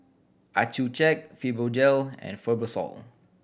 Accucheck Fibogel and Fibrosol